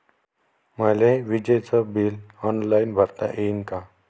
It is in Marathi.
मले विजेच बिल ऑनलाईन भरता येईन का?